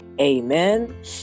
amen